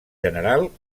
general